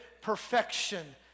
perfection